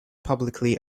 publicly